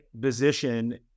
position